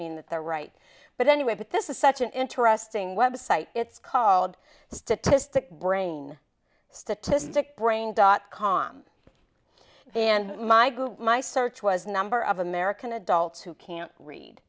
mean that they're right but anyway but this is such an interesting website it's called statistic brain statistic brain dot com and my google my search was number of american adults who can't read